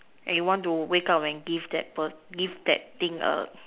and you want to wake up and give that per~ give that thing a